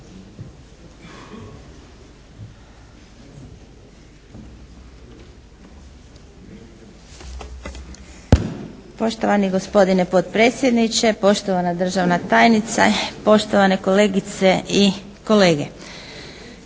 Poštovani gospodine potpredsjedniče, poštovana državna tajnice, poštovane kolegice i kolege!